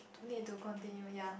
need to continue ya